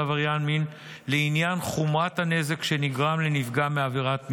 עבריין מין לעניין חומרת הנזק שנגרם לנפגע מעבירת מין,